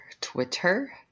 Twitter